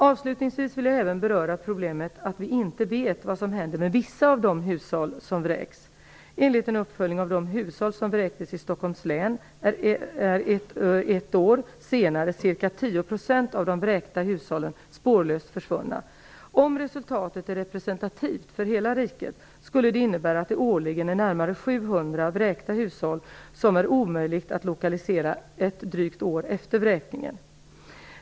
Avslutningsvis vill jag även beröra problemet att vi inte vet vad som händer med vissa av de hushåll som vräks. Enligt en uppföljning av de hushåll som vräktes i Stockholms län är ett år senare ca 10 % av de vräkta hushållen spårlöst försvunna. Om resultatet är representativt för hela riket skulle det innebära att det årligen är närmare 700 vräkta hushåll som det är omöjligt att lokalisera ett drygt år efter vräkningen.